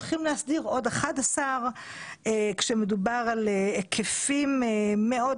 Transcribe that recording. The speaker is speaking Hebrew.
הולכים להסדיר עוד 11 ישובים כאשר מדובר על היקפים מאוד